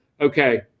okay